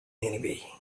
anyway